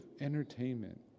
entertainment